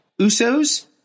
Usos